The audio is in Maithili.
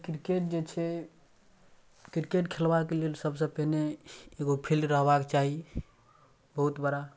किरकेट जे छै किरकेट खेलबाकेलेल सबसँ पहिने एगो फील्ड रहबाक चाही बहुत बड़ा